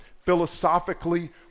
Philosophically